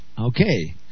Okay